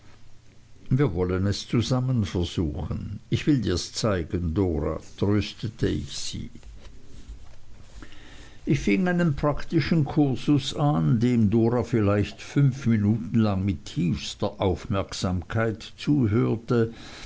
wir wollen es zusammen versuchen ich will dirs zeigen dora tröstete ich sie ich fing einen praktischen kursus an dem dora vielleicht fünf minuten lang mit tiefster aufmerksamkeit zuhörte